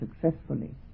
successfully